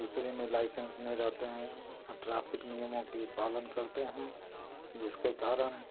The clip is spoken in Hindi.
दूसरे में लाइसेंस नहीं रहते हैं और ट्रैफिक नियमों के पालन करते हैं जिसके कारण